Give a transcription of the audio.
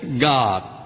God